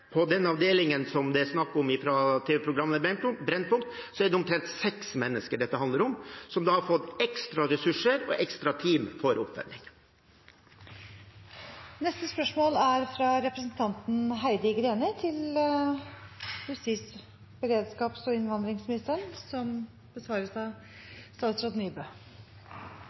snakk om i tv-programmet Brennpunkt. Det handler om omtrent seks mennesker, som har fått ekstra ressurser og ekstra team for oppfølging. Dette spørsmålet, fra representanten Heidi Greni til justis-, beredskaps- og innvandringsministeren, er overført til kunnskaps- og integreringsministeren som rette vedkommende. Spørsmålet vil imidlertid bli besvart av